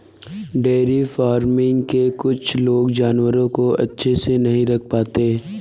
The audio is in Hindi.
डेयरी फ़ार्मिंग में कुछ लोग जानवरों को अच्छे से नहीं रख पाते